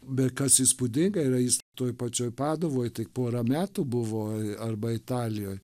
bet kas įspūdinga yra jis toj pačioj paduvoj tik porą metų buvo arba italijoj